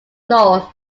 north